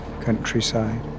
countryside